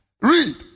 read